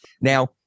Now